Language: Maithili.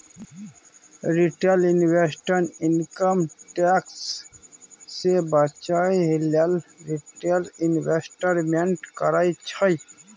रिटेल इंवेस्टर इनकम टैक्स सँ बचय लेल रिटेल इंवेस्टमेंट करय छै